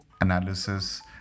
analysis